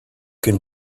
can